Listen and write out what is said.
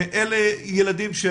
אלה ילדים,